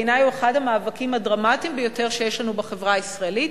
בעיני הוא אחד המאבקים הדרמטיים ביותר שיש לנו בחברה הישראלית,